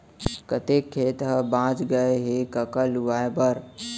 कतेक खेत ह बॉंच गय हे कका लुवाए बर?